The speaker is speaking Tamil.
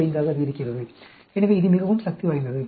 85 ஆக அதிகரிக்கிறது எனவே இது மிகவும் சக்தி வாய்ந்தது